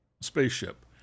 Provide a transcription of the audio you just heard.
spaceship